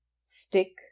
stick